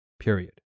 period